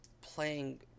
playing